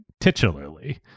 titularly